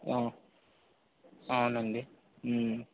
అవునండి